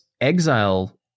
exile